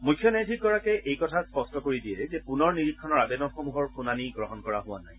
মুখ্য ন্যায়াধীশগৰাকীয়ে এই কথা স্পষ্ট কৰি দিয়ে যে পুনৰ নিৰীক্ষণৰ আবেদনসমূহৰ শুনানি গ্ৰহণ কৰা হোৱা নাই